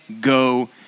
go